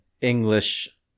English